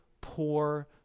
poor